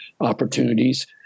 opportunities